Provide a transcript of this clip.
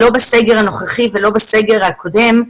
לא בסגר הנוכחי ולא בסגר הקודם,